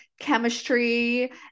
chemistry